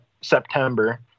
September